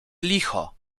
licho